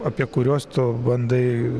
apie kuriuos tu bandai